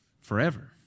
forever